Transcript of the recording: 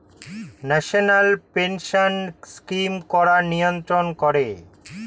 National pension scheme কারা নিয়ন্ত্রণ করে?